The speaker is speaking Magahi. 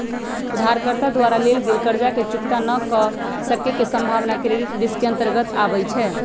उधारकर्ता द्वारा लेल गेल कर्जा के चुक्ता न क सक्के के संभावना क्रेडिट रिस्क के अंतर्गत आबइ छै